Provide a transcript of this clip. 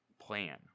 Plan